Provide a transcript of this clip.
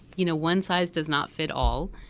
you know one size does not fit all.